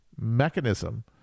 mechanism